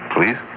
Please